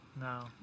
No